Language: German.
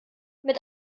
mit